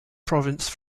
province